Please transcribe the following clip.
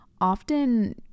often